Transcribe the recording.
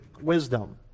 wisdom